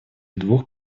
двух